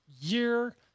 year